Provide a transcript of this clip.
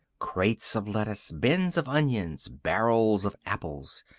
crates of lettuce, bins of onions, barrels of apples.